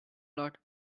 lot